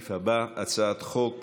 לסעיף הבא, הצעת חוק